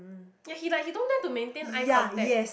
yea he like he don't like to maintain eye contact